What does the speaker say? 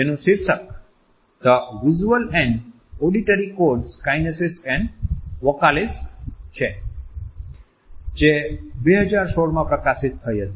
જેનું શીર્ષક the visual and auditory codes kinesics and vocalics છે જે 2016 માં પ્રકાશિત થઈ હતી